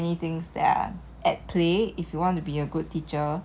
to be able to be a good teacher the most important thing is